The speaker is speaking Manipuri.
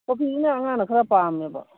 ꯀꯣꯐꯤꯁꯤꯅ ꯑꯉꯥꯡꯅ ꯈꯔ ꯄꯥꯝꯃꯦꯕ